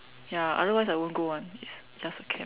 [ya otherwise I won't go [one] it's just a camp